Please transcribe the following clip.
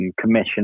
commission